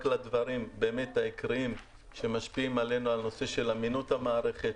לדברים העיקריים שמשפיעים עלינו בנושא של אמינות המערכת,